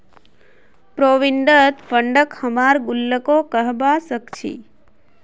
provident फंडक हमरा गुल्लको कहबा सखछी